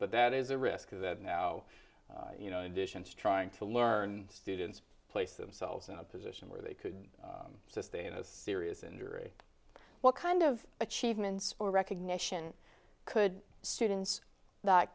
but that is a risk that now you know additions trying to learn students place themselves in a position where they could sustain a serious injury what kind of achievements or recognition could students that